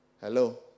Hello